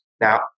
Now